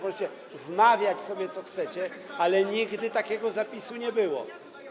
Możecie wmawiać sobie, co chcecie, ale nigdy takiego zapisu nie było.